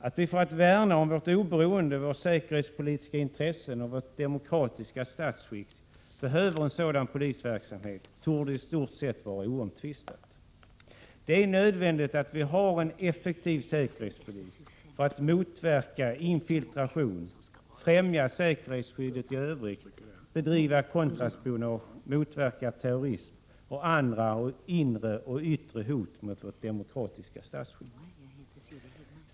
Att det för att värna om vårt oberoende, våra säkerhetspolitiska intressen och vårt demokratiska statsskick behövs en sådan polisverksamhet torde i stort sett vara oomtvistat. Det är nödvändigt att vi har en effektiv säkerhetspolis för att motverka infiltration, främja säkerhetsskyddet i övrigt, bedriva kontraspionage, motverka terrorism och andra inre och yttre hot mot vårt demokratiska statsskick.